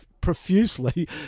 profusely